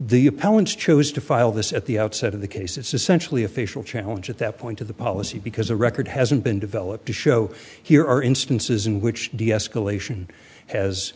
the appellant's chose to file this at the outset of the case it's essentially a facial challenge at that point to the policy because the record hasn't been developed to show here are instances in which deescalation has